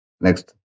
Next